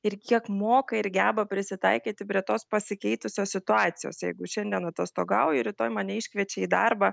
ir kiek moka ir geba prisitaikyti prie tos pasikeitusios situacijos jeigu šiandien atostogauju rytoj mane iškviečia į darbą